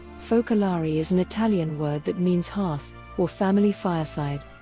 focolare is an italian word that means hearth or family fireside.